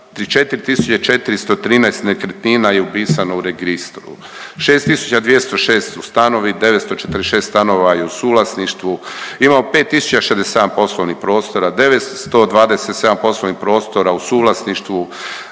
34.413 nekretnina, od toga 6.206 stanova, 945 stanova u suvlasništvu RH i drugih osoba, 5.067 poslovnih prostora, 927 poslovnih prostora u suvlasništvu